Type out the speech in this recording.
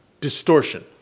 distortion